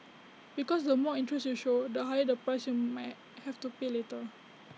because the more interest you show the higher the price you may have to pay later